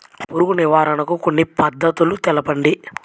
పురుగు నివారణకు కొన్ని పద్ధతులు తెలుపండి?